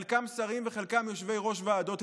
חלקם שרים וחלקם יושבי-ראש ועדות,